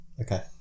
Okay